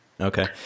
Okay